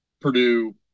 Purdue